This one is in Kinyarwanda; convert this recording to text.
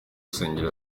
rusengero